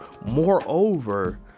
Moreover